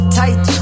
tight